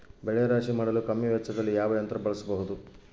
ಬೆಳೆ ರಾಶಿ ಮಾಡಲು ಕಮ್ಮಿ ವೆಚ್ಚದಲ್ಲಿ ಯಾವ ಯಂತ್ರ ಬಳಸಬಹುದು?